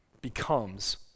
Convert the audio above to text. becomes